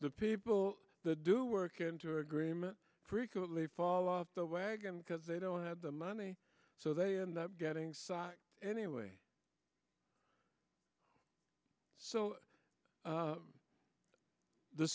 the people that do work into agreement frequently fall off the wagon because they don't have the money so they end up getting socked anyway so